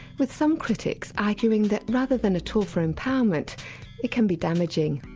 with some critics arguing that rather than a tool for empowerment it can be damaging.